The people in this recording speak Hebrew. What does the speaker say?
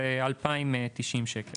זה 2,090 ₪ לחודש.